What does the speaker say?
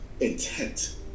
intent